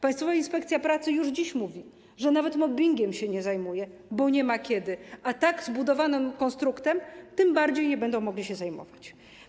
Państwowa Inspekcja Pracy już dziś mówi, że nawet mobbingiem się nie zajmuje, bo nie ma kiedy, a tak zbudowanym konstruktem tym bardziej nie będą mogła się zajmować.